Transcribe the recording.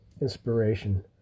inspiration